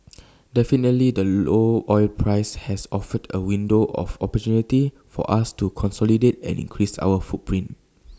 definitely the low oil price has offered A window of opportunity for us to consolidate and increase our footprint